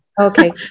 Okay